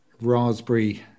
raspberry